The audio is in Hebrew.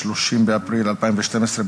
30 באפריל 2012,